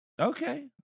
Okay